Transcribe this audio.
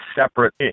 separate